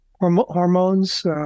hormones